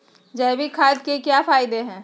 जैविक खाद के क्या क्या फायदे हैं?